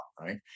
right